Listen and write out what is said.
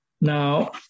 Now